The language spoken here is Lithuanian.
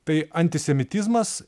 tai antisemitizmas